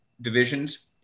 divisions